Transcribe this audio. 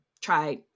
try